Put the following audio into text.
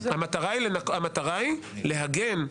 המטרה היא להגן.